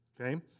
okay